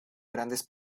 grandes